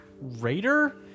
raider